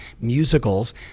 musicals